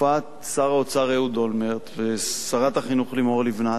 בתקופת שר האוצר אהוד אולמרט ושרת החינוך לימור לבנת,